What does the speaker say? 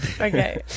Okay